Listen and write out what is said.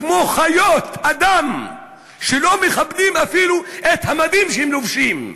כמו חיות אדם שלא מכבדים אפילו את המדים שהם לובשים.